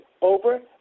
over